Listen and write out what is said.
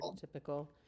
Typical